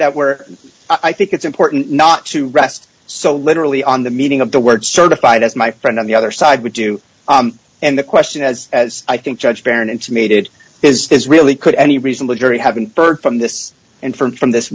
that where i think it's important not to rest so literally on the meaning of the word certified as my friend on the other side would do and the question as as i think judge karen intimated is there's really could any reasonable jury haven't heard from this and from from this